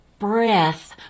breath